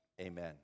Amen